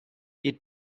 eat